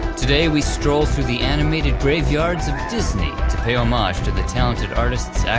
today we stroll through the animated graveyards of disney, to pay homage to the talented artists,